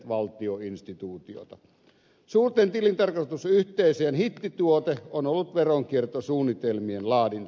suurten tilintarkastusyhteisöjen hittituote on ollut veronkiertosuunnitelmien laadinta